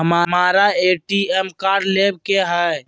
हमारा ATM card लेव के हई